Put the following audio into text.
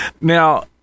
Now